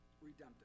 Redemptive